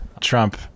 Trump